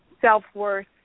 self-worth